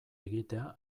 egitea